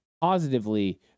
positively